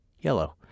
yellow